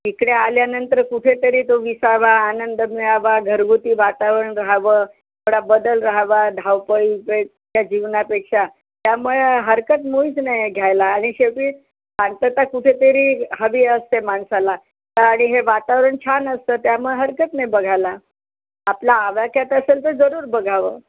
इकडे आल्यानंतर कुठेतरी तो विसावा आनंद मिळावा घरगुती वातावरण राहावं थोडा बदल राहावा धावपळीपेक्षा त्या जीवनापेक्षा त्यामुळे हरकत मुळीच नाही आहे घ्यायला आणि शेवटी शांतता कुठेतरी हवी असते माणसाला तर आणि हे वातावरण छान असतं त्यामुळं हरकत नाही बघायला आपला आवाक्यात असेल तर जरूर बघावं